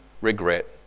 regret